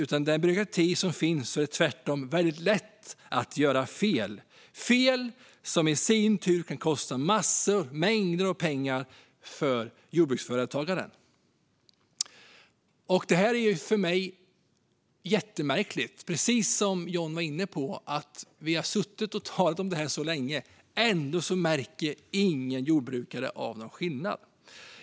Med den byråkrati som finns är det tvärtom väldigt lätt att göra fel - fel som i sin tur kan kosta mängder av pengar för jordbruksföretagaren. Det här är för mig jättemärkligt. Precis som John Widegren var inne på - vi har suttit och talat om det här så länge, men ändå märker ingen jordbrukare av någon skillnad.